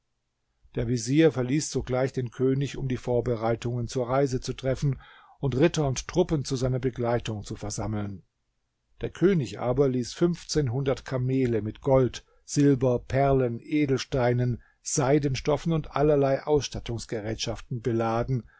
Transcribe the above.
der vezier verließ sogleich den könig um die vorbereitungen zur reise zu treffen und ritter und truppen zu seiner begleitung zu versammeln der könig aber ließ fünfzehnhundert kamele mit gold silber perlen edelsteinen seidenstoffen und allerlei ausstattungsgerätschaften beladen